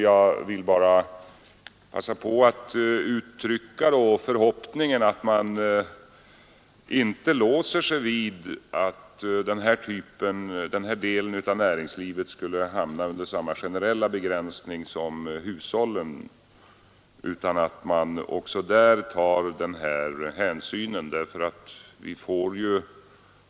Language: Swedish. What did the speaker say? Jag vill passa på att uttrycka förhoppningen att man inte låser sig vid att den här delen av näringslivet skulle hamna under samma generella begränsning som hushållen, utan att man också där tar den här hänsynen.